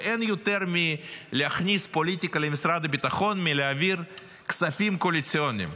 ואין יותר להכניס פוליטיקה למשרד הביטחון מלהעביר כספים קואליציוניים.